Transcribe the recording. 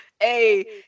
Hey